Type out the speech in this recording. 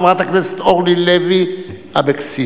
חברת הכנסת אורלי לוי אבקסיס.